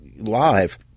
live